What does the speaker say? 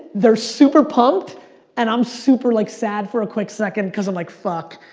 they're super pumped and i'm super like sad for a quick second cause i'm like, fuck,